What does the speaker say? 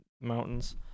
mountains